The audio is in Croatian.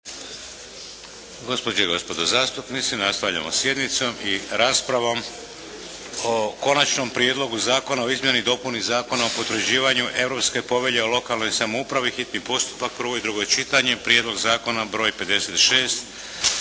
Gospođe i gospodo zastupnici, nastavljamo sa sjednicom i raspravom o: - Konačni prijedlog Zakona o izmjeni i dopuni Zakona o potvrđivanju Europske Povelje o lokalnoj samoupravi, hitni postupak, prvo i drugo čitanje, P.Z. br. 56.